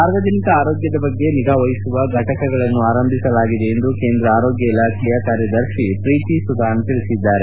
ಸಾರ್ವಜನಿಕ ಆರೋಗ್ಯದ ಬಗ್ಗೆ ನಿಗಾ ವಹಿಸುವ ಘಟಕಗಳನ್ನು ಆರಂಭಿಸಲಾಗಿದೆ ಎಂದು ಕೇಂದ್ರ ಆರೋಗ್ಯ ಇಲಾಖೆ ಕಾರ್ಯದರ್ಶಿ ಪ್ರೀತಿ ಸುದಾನ್ ತಿಳಿಸಿದ್ದಾರೆ